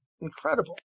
Incredible